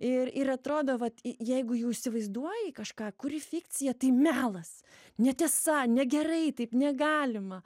ir ir atrodo vat jeigu jau įsivaizduoji kažką kuri fikciją tai melas netiesa negerai taip negalima